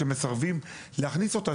שמסרבים להכניס אותה,